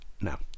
Now